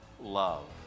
love